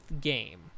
game